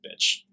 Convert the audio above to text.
bitch